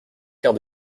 quart